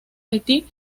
haití